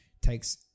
takes